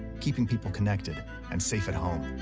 keeping people connected and safe at home.